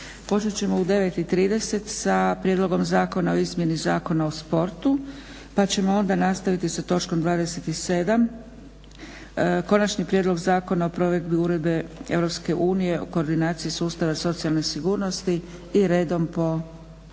Počet ćemo u 9,30 sa prijedlogom zakona o izemjeni zakona o sportu pa ćemo onda nastaviti sa točkom 27 konačni prijedlog zakona o provedbi uredbe EU o koordinaciji sustava socijalne sigurnosti i redom po